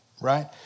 right